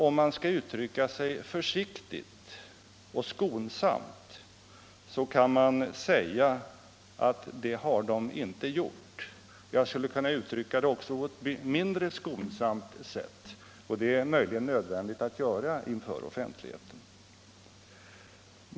Om man skall uttrycka sig försiktigt och skonsamt, kan man säga att det har de inte gjort. Jag skulle också kunna uttrycka det på ett betydligt mindre skonsamt sätt, och det är möjligen också nödvändigt att göra det inför offentligheten.